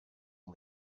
all